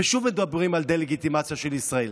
ושוב מדברים על דה-לגיטימציה של ישראל.